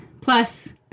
plus